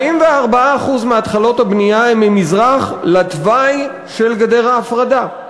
44% מהתחלות הבנייה הן ממזרח לתוואי של גדר ההפרדה,